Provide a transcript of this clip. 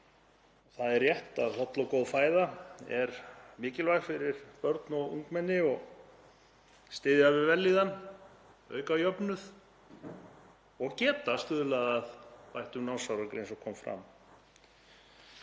Það er rétt að holl og góð fæða er mikilvæg fyrir börn og ungmenni og styður við vellíðan, eykur jöfnuð og getur stuðlað að bættum námsárangri eins og kom fram.